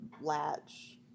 latch